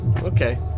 Okay